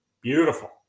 Beautiful